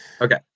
Okay